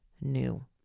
new